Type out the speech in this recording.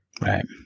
right